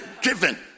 driven